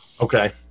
Okay